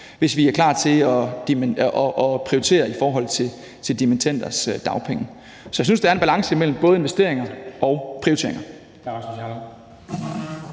aktier, og klar til at prioritere i forhold til dimittenders dagpenge. Så jeg synes, der er en balance mellem både investeringer og prioriteringer.